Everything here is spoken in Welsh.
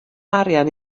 arian